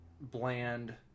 bland